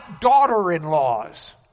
daughter-in-laws